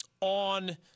on